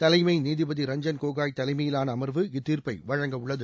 தலைமை நீதிபதி ரஞ்சன் கோகாய் தலைமையிலான அமர்வு இத்தீர்ப்பை வழங்கவுள்ளது